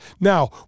Now